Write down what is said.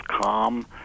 calm